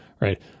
right